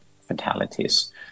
fatalities